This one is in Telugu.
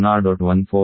14 MPa దిగువది